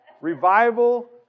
Revival